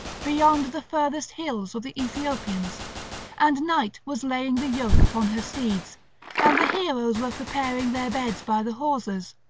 beyond the furthest hills of the aethiopians and night was laying the yoke upon her steeds and the heroes were preparing their beds by the hawsers.